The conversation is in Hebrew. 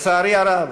לצערי הרב,